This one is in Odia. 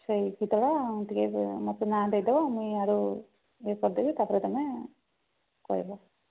ସେଇ ଗୀତଟା ଟିକେ ମୋତେ ନାଁ ଦେଇଦେବ ମୁଇଁ ଇଆଡ଼ୁ ଇଏ କରିଦେବି ତାପରେ ତୁମେ କହିବ